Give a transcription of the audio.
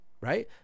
right